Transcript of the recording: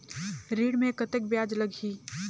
ऋण मे कतेक ब्याज लगही?